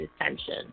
attention